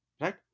right